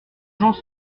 gens